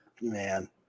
Man